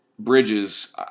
Bridges